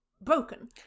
broken